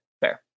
fair